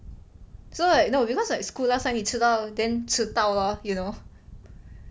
so like no because like school last time 你迟到 then 迟到 lor you know